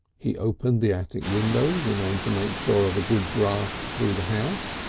he opened the attic windows in order to make sure of a good draught through the house,